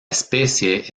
especie